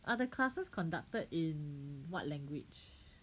are the classes conducted in what language